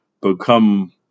become